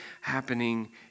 happening